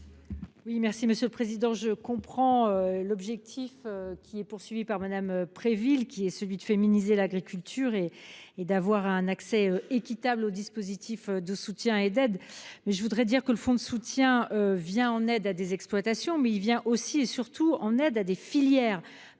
Oui, merci Monsieur le Président, je comprends l'objectif qui est poursuivi par Madame Préville qui est celui de féminiser l'agriculture et et d'avoir un accès équitable aux dispositifs de soutien et d'aide mais je voudrais dire que le fonds de soutien vient en aide à des exploitations mais il vient aussi et surtout en aide à des filières